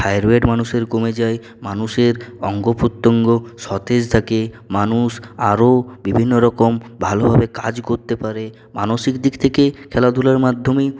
thyroid মানুষের কমে যায় মানুষের অঙ্গ প্রতাঙ্গ সতেজ থাকে মানুষ আরও বিভিন্ন রকম ভালোভাবে কাজ করতে পারে মানসিক দিক থেকে খেলাধুলার মাধ্যমে